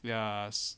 ya